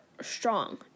strong